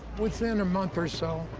within a month or so,